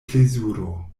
plezuro